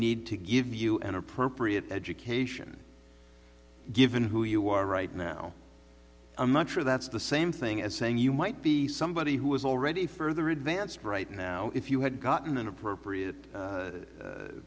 need to give you an appropriate education given who you are right now i'm not sure that's the same thing as saying you might be somebody who is already further advanced right now if you had gotten an appropriate